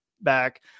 back